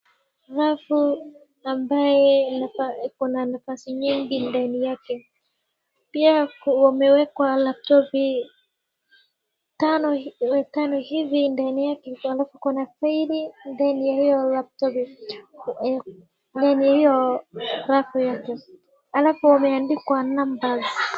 Rafu ambayo iko na nafasi nyingi ndani yake. Pia wamewekwa laptopu tano hivi ndani yake, halafu kuna faili ndani ya hiyo rafu yote, halafu imeandikwa numbers .